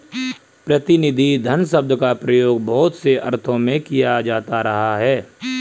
प्रतिनिधि धन शब्द का प्रयोग बहुत से अर्थों में किया जाता रहा है